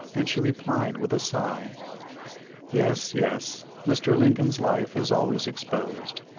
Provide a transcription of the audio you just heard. and she replied with a sigh yes, yes, mr. lincoln's life is always exposed.